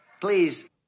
Please